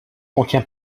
contient